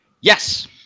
yes